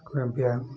କୋଅମ୍ପିଆର